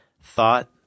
thought